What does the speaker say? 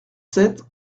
sept